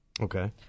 Okay